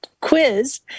quiz